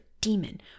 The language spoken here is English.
demon